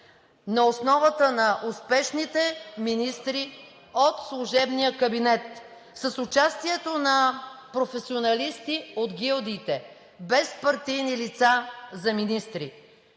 на основата на успешните министри от служебния кабинет, с участието на професионалисти от гилдиите, без партийни лица за министри.